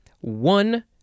One